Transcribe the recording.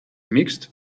mixed